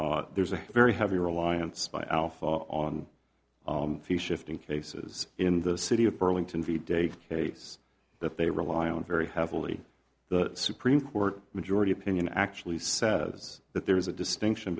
that there's a very heavy reliance by alpha on a few shifting cases in the city of burlington v day case that they rely on very heavily the supreme court majority opinion actually says that there is a distinction